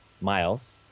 Miles